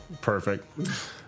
Perfect